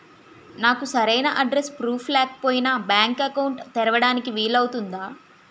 నాకు సరైన address proof లేకపోయినా బ్యాంక్ అకౌంట్ తెరవడానికి వీలవుతుందా?